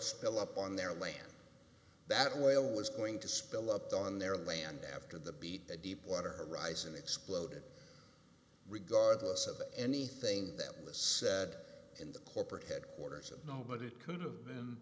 spill up on their land that oil was going to spill up on their land after the beat the deepwater horizon exploded regardless of anything that was said in the corporate headquarters and no but it could have been